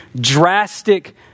drastic